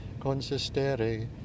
consistere